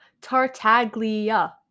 Tartaglia